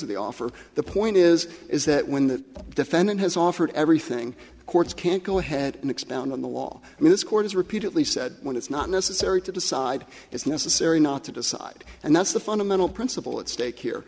of the offer the point is is that when the defendant has offered everything courts can't go ahead and expound on the law i mean this court has repeatedly said when it's not necessary to decide it's necessary not to decide and that's the fundamental principle at stake here